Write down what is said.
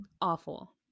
awful